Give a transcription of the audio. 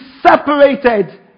separated